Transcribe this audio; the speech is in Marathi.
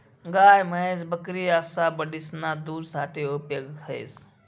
गाय, म्हैस, बकरी असा बठ्ठीसना दूध साठे उपेग व्हस